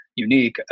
unique